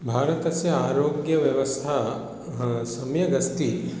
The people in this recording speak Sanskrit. भारतस्य आरोग्यव्यवस्था सम्यगस्ति